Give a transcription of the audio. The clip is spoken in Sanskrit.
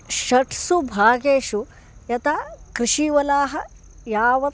षट्सु भागेषु यथा कृषिवलाः यावत्